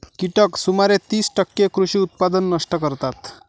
कीटक सुमारे तीस टक्के कृषी उत्पादन नष्ट करतात